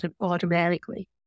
automatically